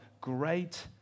great